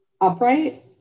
upright